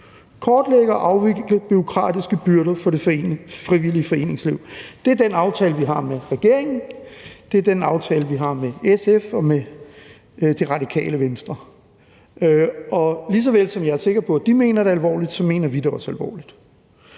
kortlægge og afvikle bureaukratiske byrder for det frivillige foreningsliv. Det er den aftale, vi har med regeringen. Det er den aftale, vi har med SF og Det Radikale Venstre. Lige så vel som jeg er sikker på, at de mener det alvorligt, mener vi det også alvorligt.